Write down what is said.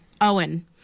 Owen